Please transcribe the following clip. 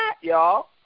y'all